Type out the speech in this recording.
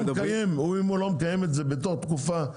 אם הוא לא מקיים את זה בתום תקופה,